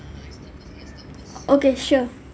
okay sure